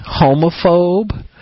homophobe